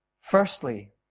Firstly